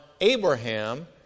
Abraham